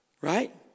right